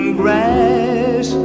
grass